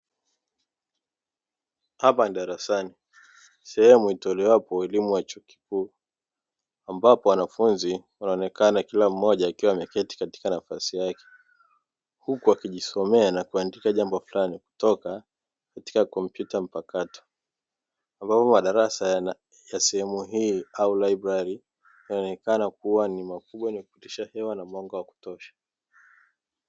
Hapa ni darasani; sehemu itolewapo elimu ya chuo kikuu, ambapo wanafunzi wanaonekana kila mmoja akiwa ameketi katika nafasi yake, huku wakijisomea na kuandika jambo fulani kutoka katika kompyuta mpakato; ambapo madarasa ya sehemu hii au laibrari yanaonekana kuwa ni makubwa yenye kupitisha hewa na mwanga wa kutosha.